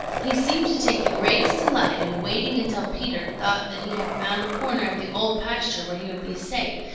he seemed to take the greatest delight in waiting until peter thought that he had found a corner of the old pasture where he would be safe,